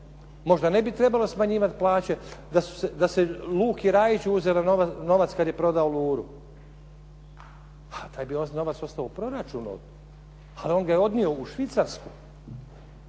Možda ne bi smanjivati plaće da se Luki Rajiću uzeo novac kad je prodao Luru. A taj bi novac ostao u proračunu, ali on ga je odnio u Švicarsku,